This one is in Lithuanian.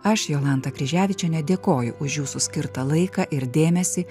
aš jolanta kryževičienė dėkoju už jūsų skirtą laiką ir dėmesį